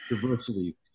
diversity